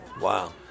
Wow